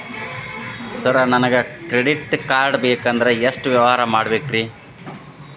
Sir ನನಗೆ credit card ಬೇಕಂದ್ರೆ ಎಷ್ಟು ವ್ಯವಹಾರ ಮಾಡಬೇಕ್ರಿ?